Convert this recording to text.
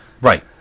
Right